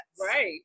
Right